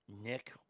Nick